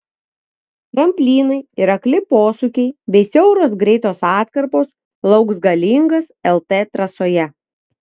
tramplynai ir akli posūkiai bei siauros greitos atkarpos lauks galingas lt trasoje